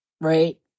right